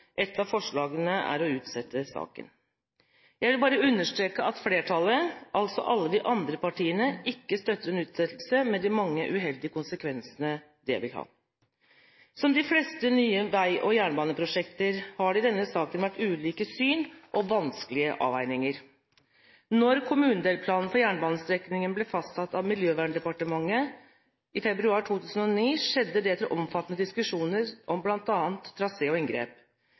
av forslagene er å utsette saken. Jeg vil bare understreke at flertallet – altså alle de andre partiene – ikke støtter en utsettelse, med de mange uheldige konsekvensene det vil ha. Som med de fleste nye vei- og jernbaneprosjekter har det i denne saken vært ulike syn og vanskelige avveininger. Da kommunedelplanen for jernbanestrekningen ble fastsatt av Miljøverndepartementet i februar 2009, skjedde det etter omfattende diskusjoner om bl.a. trasé og inngrep.